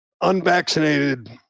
unvaccinated